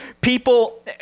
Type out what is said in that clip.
people